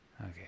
Okay